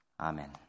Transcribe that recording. Amen